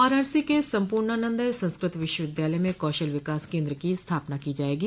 वाराणसी के सम्पूर्णानन्द संस्कृत विश्वविद्यालय में कौशल विकास केन्द्र की स्थापना की जायेगी